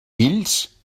fills